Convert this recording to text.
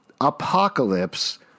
Apocalypse